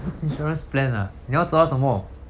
insurance plan ah 你要知道什么